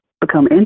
become